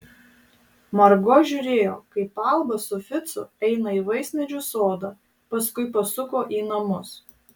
margo žiūrėjo kaip alba su ficu eina į vaismedžių sodą paskui pasuko į namus